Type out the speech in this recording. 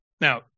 Now